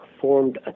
formed